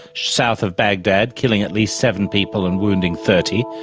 south of baghdad, killing at least seven people and wounding thirty.